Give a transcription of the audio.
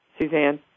Suzanne